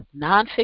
nonfiction